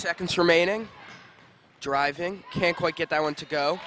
seconds remaining driving can't quite get that one to go